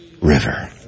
river